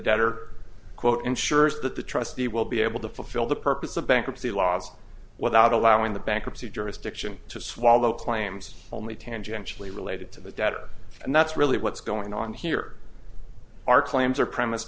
debtor quote ensures that the trustee will be able to fulfill the purpose of bankruptcy laws without allowing the bankruptcy jurisdiction to swallow claims only tangentially related to the debtor and that's really what's going on here our claims are premise